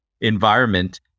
environment